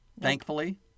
Thankfully